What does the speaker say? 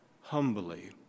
humbly